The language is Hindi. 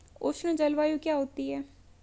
उष्ण जलवायु क्या होती है?